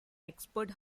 expert